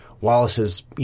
Wallace's